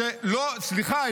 סליחה,